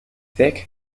thick